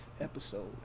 episode